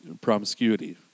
promiscuity